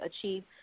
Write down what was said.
achieve